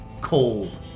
cold